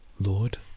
Lord